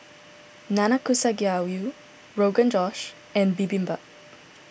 Nanakusa Gayu Rogan Josh and Bibimbap